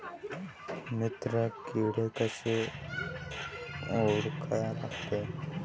मित्र किडे कशे ओळखा लागते?